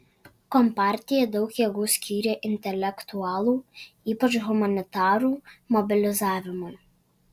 kompartija daug jėgų skyrė intelektualų ypač humanitarų mobilizavimui